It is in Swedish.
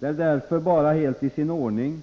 Det är därför helt i sin ordning